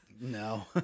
no